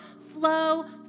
flow